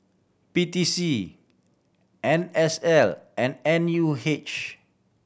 P T C N S L and N U H